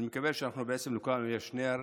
אני מקווה שלכולנו יש נר,